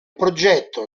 progetto